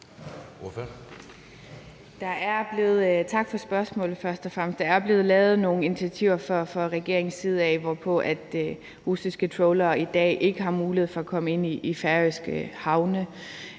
tak for spørgsmålet. Der er blevet lavet nogle initiativer fra regeringens side, hvor russiske trawlere i dag ikke har mulighed for at komme ind i færøske havne,